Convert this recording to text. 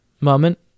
moment